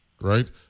right